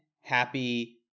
Happy